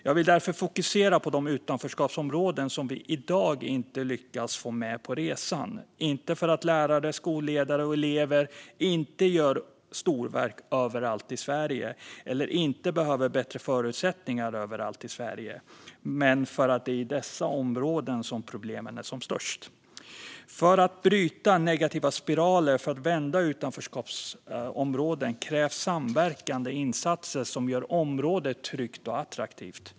Jag vill därför fokusera på de utanförskapsområden som vi i dag inte lyckas få med på resan - inte för att lärare, skolledare och elever inte gör storverk överallt i Sverige eller inte behöver bättre förutsättningar överallt i Sverige men för att det är i dessa områden som problemen är som störst. För att bryta negativa spiraler och för att vända utanförskapsområden krävs samverkande insatser som gör området tryggt och attraktivt.